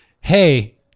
Hey